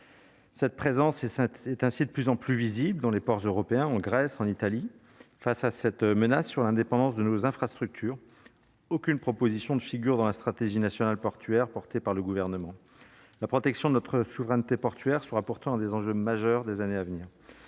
Cette présence et ça c'est ainsi de plus en plus visible dans les ports européens en Grèce, en Italie, face à cette menace sur l'indépendance de nos infrastructures, aucune proposition ne figure dans la stratégie nationale portuaire, porté par le gouvernement, la protection de notre souveraineté portuaire sera pourtant des enjeux majeurs des années à venir,